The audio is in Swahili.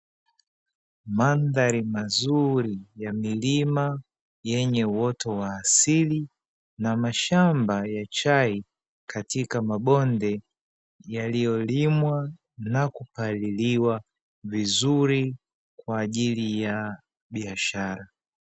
Mandhari mazuri ya milima yenye uoto wa asili na mashamba ya chai katika mabonde, yaliyolimwa na kupaliliwa vizuri kwa ajili ya biashara.